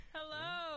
Hello